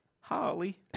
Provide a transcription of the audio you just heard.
Holly